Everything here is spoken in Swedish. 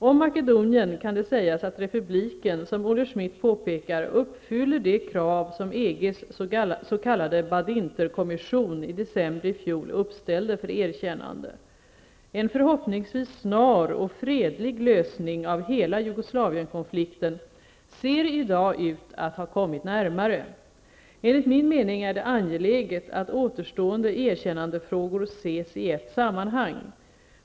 Om Makedonien kan det sägas att republiken, som Olle Schmidt påpekar, uppfyller de krav som EG:s s.k. Badinterkommission i december i fjol uppställde för erkännande. En förhoppningsvis snar och fredlig lösning av hela Jugoslavienkonflikten ser i dag ut att ha kommit närmare. Enligt min mening är det angeläget att återstående erkännandefrågor ses i ett sammanhang.